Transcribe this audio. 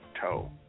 toe